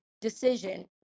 decision